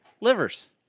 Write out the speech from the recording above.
livers